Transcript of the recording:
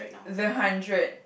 the hundred